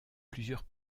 plusieurs